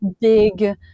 big